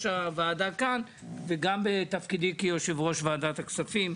הוועדה כאן וגם בתפקידי כיושב-ראש ועדת הכספים.